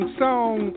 song